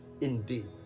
indeed